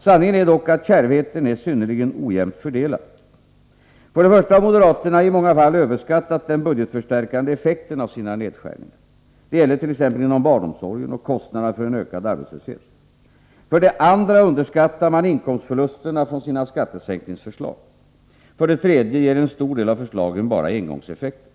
Sanningen är dock att kärvheten är synnerligen ojämnt fördelad. För det första har moderaterna i många fall överskattat den budgetförstärkande effekten av sina nedskärningar. Det gäller t.ex. inom barnomsorgen och kostnaderna för en ökad arbetslöshet. För det andra underskattar man inkomstförlusterna till följd av sina skattesänkningsförslag. För det tredje ger en stor del av förslagen bara engångseffekter.